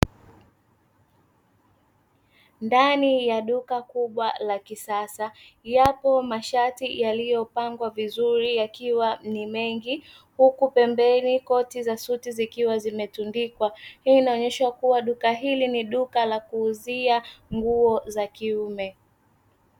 Ndani ya duka kubwa la kisasa yapo mashati yaliyopangwa vizuri, yakiwa ni mengi huku pembeni koti za suti, zikiwa zimetundikwa hii inaonesha kuwa duka hili ni duka la kuuzia nguo za kiume.